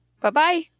Bye-bye